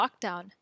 lockdown